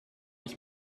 ich